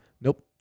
Nope